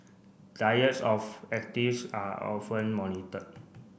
diets of are often monitored